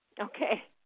okay